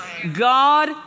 God